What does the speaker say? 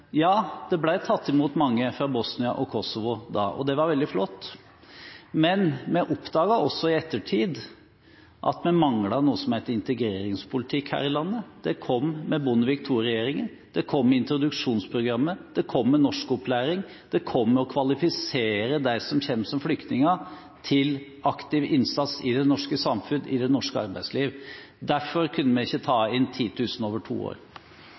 ja, det ble tatt imot mange fra Bosnia og Kosovo da, og det var veldig flott, men vi oppdaget også i ettertid at vi mangler noe som heter integreringspolitikk her i landet. Det kom med Bondevik II-regjeringen, det kom med introduksjonsprogrammet, det kom med norskopplæringen, det kom med å kvalifisere dem som kommer som flyktninger – til aktiv innsats i det norske samfunn, i det norske arbeidsliv. Derfor kunne vi ikke ta imot 10 000 over to år.